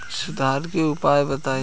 सुधार के उपाय बताई?